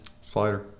Slider